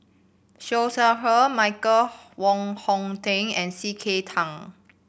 Siew Shaw Her Michael Wong Hong Teng and C K Tang